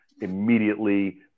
immediately